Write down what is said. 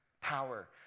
Power